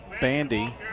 Bandy